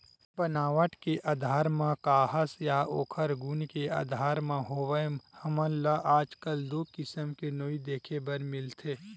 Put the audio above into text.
बनावट के आधार म काहस या ओखर गुन के आधार म होवय हमन ल आजकल दू किसम के नोई देखे बर मिलथे